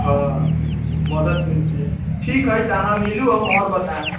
हँ मदद मिलतियै ठीक है तऽ अहाँ मिलु हम और बतायब